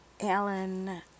Alan